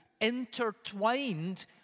intertwined